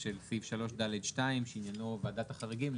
של סעיף 3ד2 שעניינו ועדת החריגים.